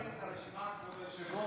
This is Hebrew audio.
אפשר לקבל את הרשימה, כבוד היושב-ראש?